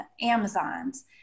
Amazons